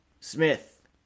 Smith